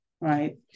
Right